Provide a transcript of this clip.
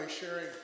sharing